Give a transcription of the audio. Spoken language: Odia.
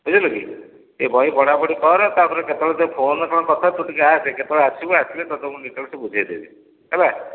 ବୁଝିଲୁ କି ଟିକିଏ ବହି ପଢା ପଢି କର ତା'ପରେ କେତେବେଳେ ଟିକିଏ ଫୋନ୍ କରୁଥା ତୁ ଟିକିଏ ଆସେ ତୁ କେତେବେଳେ ଗୋଟେ ଆସିବୁ ଆସିଲେ ମୁଁ ତୋତେ ଡିଟେଲ୍ସ ବୁଝେଇଦେବି ହେଲା